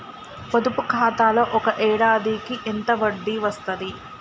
పొదుపు ఖాతాలో ఒక ఏడాదికి ఎంత వడ్డీ వస్తది?